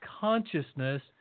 consciousness